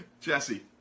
Jesse